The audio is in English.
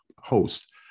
host